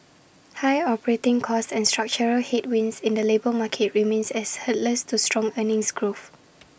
high operating costs and structural headwinds in the labour market remains as hurdles to strong earnings growth